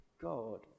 God